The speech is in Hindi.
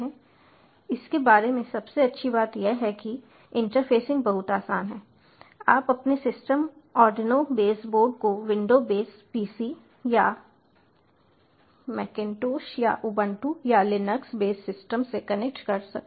इसके बारे में सबसे अच्छी बात यह है कि इंटरफ़ेसिंग बहुत आसान है आप अपने सिस्टम आर्डिनो बेसबोर्ड को विंडो बेस pc या मैकिन्टोश या उबंटू या लिनक्स बेस सिस्टम से कनेक्ट कर सकते हैं